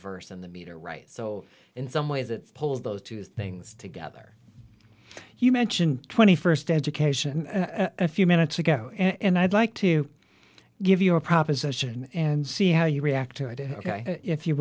verse and the meter right so in some ways it pulls those two things together you mentioned twenty first education a few minutes ago and i'd like to give you a proposition and see how you react to it is ok if you